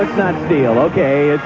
not feel ok. a